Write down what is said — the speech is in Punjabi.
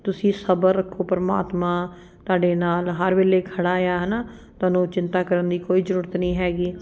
ਤੁਸੀਂ ਸਬਰ ਰੱਖੋ ਪਰਮਾਤਮਾ ਤੁਹਾਡੇ ਨਾਲ ਹਰ ਵੇਲੇ ਖੜਾ ਆ ਹੈ ਨਾ ਤੁਹਾਨੂੰ ਚਿੰਤਾ ਕਰਨ ਦੀ ਕੋਈ ਜ਼ਰੂਰਤ ਨਹੀਂ ਹੈਗੀ